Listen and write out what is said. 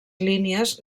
línies